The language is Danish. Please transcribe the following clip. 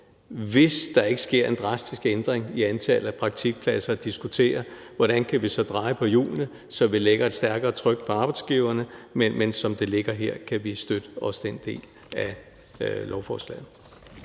hvis der ikke sker en drastisk ændring i antallet af praktikpladser, at diskutere, hvordan vi så kan dreje på hjulene, så vi lægger et stærkere tryk på arbejdsgiverne. Men som det ligger her, kan vi støtte også den del af lovforslaget.